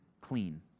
clean